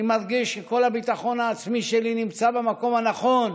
אני מרגיש שכל הביטחון העצמי שלי נמצא במקום הנכון,